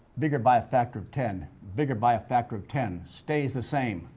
bigger by a factor of ten bigger by a factor of ten stays the same.